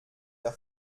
der